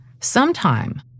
Sometime